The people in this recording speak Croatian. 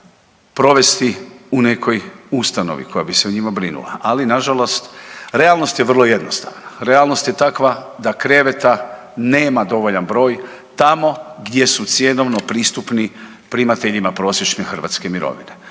provesti u nekoj ustanovi koja bi se o njima brinula, ali nažalost realnost je vrlo jednostavna, realnost je takva da kreveta nema dovoljan broj tamo gdje su cjenovno pristupni primateljima prosječne hrvatske mirovine.